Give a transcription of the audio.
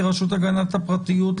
כרשות הגנת הפרטיות,